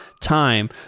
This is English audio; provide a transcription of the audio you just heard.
time